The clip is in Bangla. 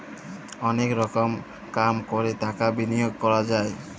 অলেক রকম কাম ক্যরে টাকা বিলিয়গ ক্যরা যায়